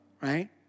right